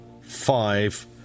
five